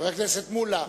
חבר הכנסת מולה,